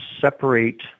separate